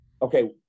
okay